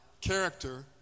Character